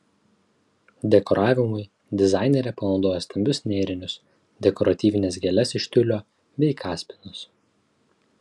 dekoravimui dizainerė panaudojo stambius nėrinius dekoratyvines gėles iš tiulio bei kaspinus